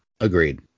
agreed